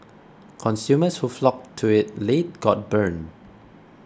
consumers who flocked to it late got burned